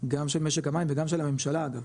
גם של משק המים וגם של הממשלה אגב,